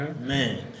Man